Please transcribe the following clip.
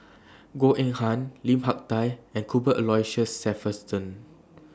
Goh Eng Han Lim Hak Tai and Cuthbert Aloysius Shepherdson